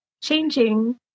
Changing